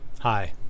Hi